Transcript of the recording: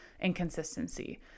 inconsistency